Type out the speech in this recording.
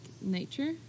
nature